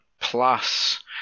plus